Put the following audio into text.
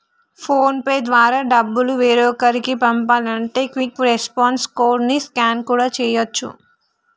phone pay ద్వారా డబ్బులు వేరొకరికి పంపాలంటే క్విక్ రెస్పాన్స్ కోడ్ ని స్కాన్ కూడా చేయచ్చు